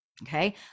Okay